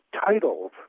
titles